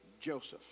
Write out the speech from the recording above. Joseph